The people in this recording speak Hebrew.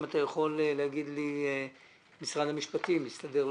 אם אתה יכול לומר לי האם הסתדר במשרד המשפטים או לא.